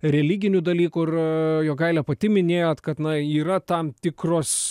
religinių dalykų ir jogaile pati minėjot kad na yra tam tikros